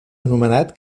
anomenat